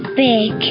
big